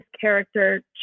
character